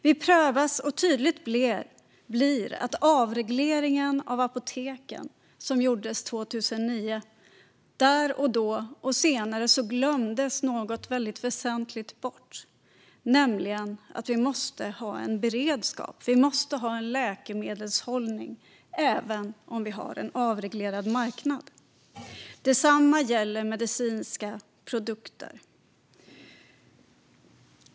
Vi prövas, och det blir tydligt att något väldigt väsentligt glömdes bort vid avregleringen av apoteken 2009 och senare, nämligen att vi måste ha en beredskap. Vi måste ha en läkemedelshållning även om vi har en avreglerad marknad. Detsamma gäller medicintekniska produkter.